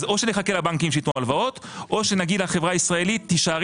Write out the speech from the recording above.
או נחכה לבנקים שייתנו הלוואות או נגיד לחברה הישראלית: תישארי